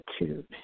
attitude